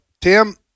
Tim